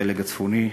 הפלג הצפוני,